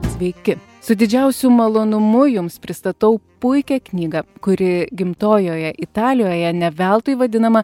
sveiki su didžiausiu malonumu jums pristatau puikią knygą kuri gimtojoje italijoje ne veltui vadinama